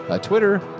twitter